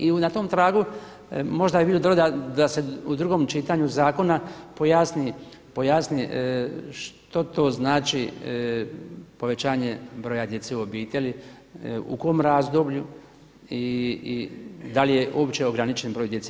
I na tom tragu možda bi bilo dobro da se u drugom čitanju zakona pojasni što to znači povećanje broja djece u obitelji u kom razdoblju i da li je uopće ograničen broj djece.